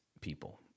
people